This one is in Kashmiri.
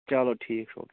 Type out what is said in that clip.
چَلو ٹھیٖک چھُ او کے